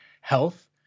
health